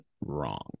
wrong